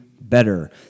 better